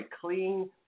clean